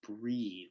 Breathe